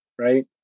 right